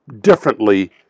differently